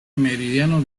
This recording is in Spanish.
meridiano